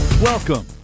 Welcome